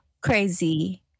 crazy